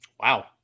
wow